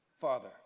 Father